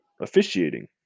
officiating